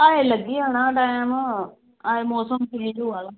ऐहीं लग्गी जाना टैम ऐहीं मौसम चेंज़ होआ दा